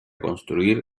construir